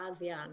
ASEAN